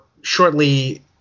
shortly